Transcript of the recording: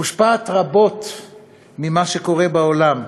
היא מושפעת רבות ממה שקורה בעולם.